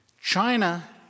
China